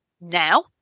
now